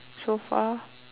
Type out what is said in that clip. so far